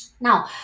Now